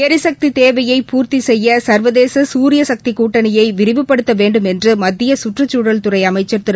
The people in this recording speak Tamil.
எரிசக்தித் தேவையை பூர்த்தி செய்ய சர்வதேச சூரியசக்தி கூட்டணியை விரிவுபடுத்த வேண்டும் என்று மத்திய சுற்றுச்சூழல் துறை அமைச்சர் திரு